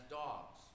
dogs